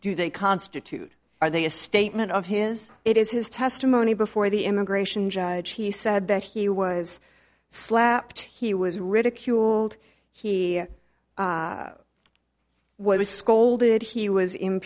do they constitute are they a statement of his it is his testimony before the immigration judge he said that he was slapped he was ridiculed he was scolded he was